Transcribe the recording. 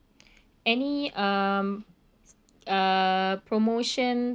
any um uh promotions